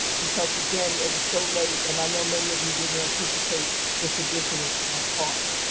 because again it was so late and i know many of you didn't anticipate this additional cost.